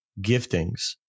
giftings